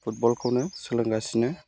फुटबलखौनो सोलोंगासिनो